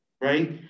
right